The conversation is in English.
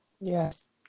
Yes